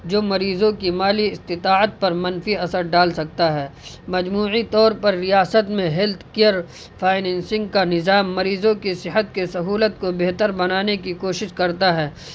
جو مریضوں کی مالی استطاعت پر منفی اثر ڈال سکتا ہے مجموعی طور پر ریاست میں ہیلتھ کیئر فائننسنگ کا نظام مریضوں کی صحت کے سہولت کو بہتر بنانے کی کوشش کرتا ہے